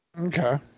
Okay